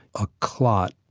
a clot,